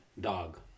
dog